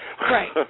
Right